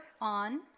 on